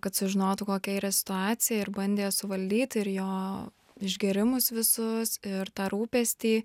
kad sužinotų kokia yra situacija ir bandė suvaldyti ir jo išgėrimus visus ir tą rūpestį